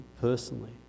personally